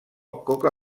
coca